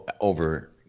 over